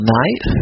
night